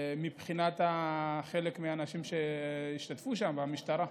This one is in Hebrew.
מבחינת חלק מהאנשים שהשתתפו שם והמשטרה,